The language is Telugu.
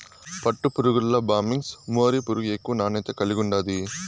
పట్టుపురుగుల్ల బ్యాంబిక్స్ మోరీ పురుగు ఎక్కువ నాణ్యత కలిగుండాది